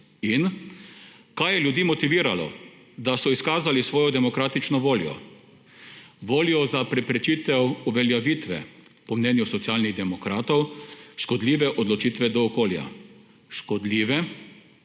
In kaj je ljudi motiviralo, da so izkazali svojo demokratično voljo, voljo za preprečitev uveljavitve po mnenju Socialnih demokratov škodljive odločitve do okolja; škodljive pa ne